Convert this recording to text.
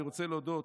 אני רוצה להודות